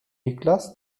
niklas